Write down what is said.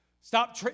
Stop